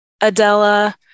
Adela